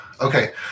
Okay